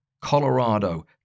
Colorado